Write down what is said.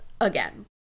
Again